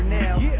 now